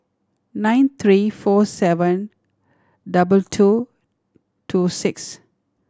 nine three four seven double two two six